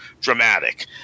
dramatic